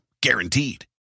guaranteed